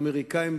האמריקנים,